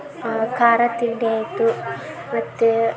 ಖಾರ ತಿಂಡಿ ಆಯಿತು ಮತ್ತು